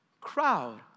crowd